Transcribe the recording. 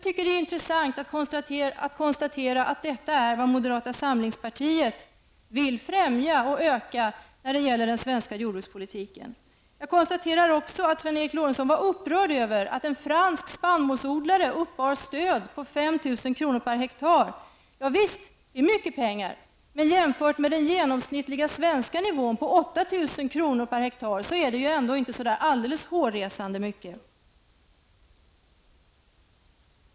Det är intressant att konstatera att detta är vad moderata samlingspartiet vill främja och öka inom den svenska jordbrukspolitiken. Jag konstaterar också att Sven Eric Lorentzon var upprörd över att en fransk spannmålsodlare uppbär stöd på 5 000 kr. per hektar. Ja visst, det är mycket pengar, men jämfört med den genomsnittliga svenska nivån på 8 000 kr. per hektar är det ju ändå inte så hårresande mycket.